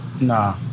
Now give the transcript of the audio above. Nah